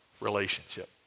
relationship